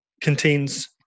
contains